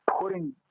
putting